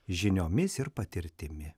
žiniomis ir patirtimi